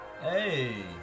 Hey